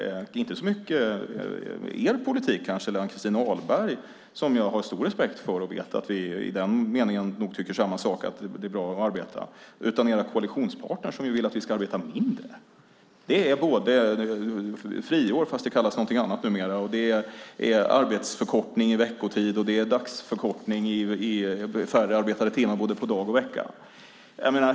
Det gäller kanske inte så mycket Socialdemokraterna eller Ann-Christin Ahlberg, som jag har stor respekt för. Vi tycker nog samma sak: att det är bra att arbeta. Men era koalitionspartner vill att vi ska arbeta mindre. Det är friår, fast det kallas någonting annat numera, arbetstidsförkortning räknat i veckotid och dagsförkortning med färre arbetade timmar både per dag och per vecka.